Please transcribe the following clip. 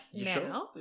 now